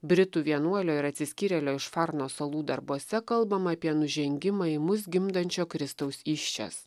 britų vienuolio ir atsiskyrėlio išfarno salų darbuose kalbama apie nužengimą į mus gimdančio kristaus įsčias